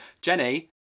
Jenny